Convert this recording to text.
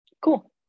Cool